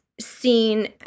seen